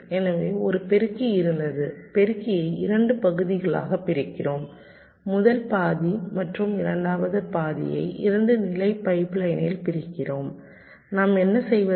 எனவே ஒரு பெருக்கி இருந்தது பெருக்கியை 2 பகுதிகளாகப் பிரிக்கிறோம் முதல் பாதி மற்றும் இரண்டாவது பாதியை 2 நிலை பைப்லைனில் பிரிக்கிறோம் நாம் என்ன செய்வது